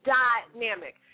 dynamic